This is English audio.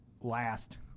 last